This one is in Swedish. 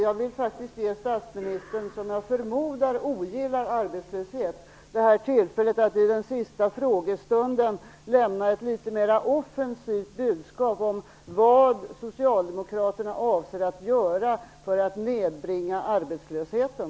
Jag vill faktiskt ge statsministern, som jag förmodar ogillar arbetslöshet, det här tillfället att i den sista frågestunden lämna ett litet mer offensivt budskap om vad Socialdemokraterna avser att göra för att nedbringa arbetslösheten.